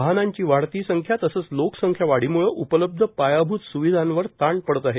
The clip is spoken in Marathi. वाहनांची वाढती संख्या तसंच लोकसंख्यावाढीम्ळे उपलब्ध पायाभूत स्विधांवर ताण पडत आहे